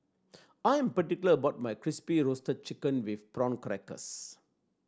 I'm particular about my Crispy Roasted Chicken with Prawn Crackers